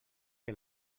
que